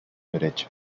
derecha